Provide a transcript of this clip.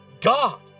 God